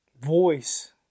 voice